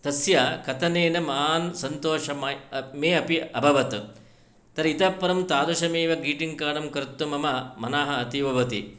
तस्य कथनेन महान् सन्तोषमयः अपि मे अपि अभवत् तर्हि इतः परं तादृशमेव ग्रीटिङ्ग् कार्ड् कर्तुं मम मनाः अपि भवति